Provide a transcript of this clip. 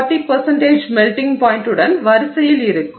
4 40 melting பாய்ண்ட்டின் வரிசையில் இருக்கும்